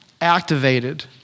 activated